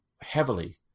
heavily